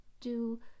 Do